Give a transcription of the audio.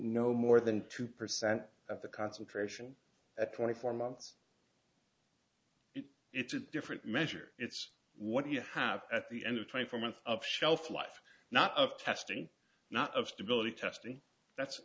no more than two percent of the concentration at twenty four months it's a different measure it's what you have at the end of twenty four months of shelf life not of chesty not of stability chesty that's